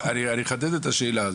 אחדד את השאלה,